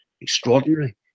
extraordinary